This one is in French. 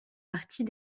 partie